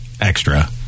extra